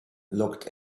looked